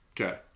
Okay